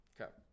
Okay